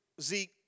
Zeke